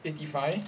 eighty five